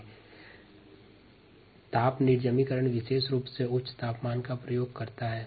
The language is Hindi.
थर्मल स्टेरिलाईजेसन या ताप निर्जमीकरण में उच्च तापमान का उपयोग होता है